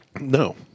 No